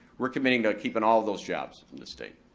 we're committing to keeping all of those jobs in the state,